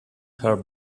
her